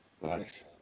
Nice